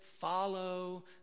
follow